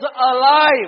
alive